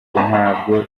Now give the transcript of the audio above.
ntabwo